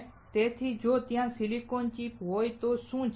તેથી જો ત્યાં સિલિકોન ચિપ હોય તો શું